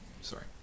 sorry